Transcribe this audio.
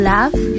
Love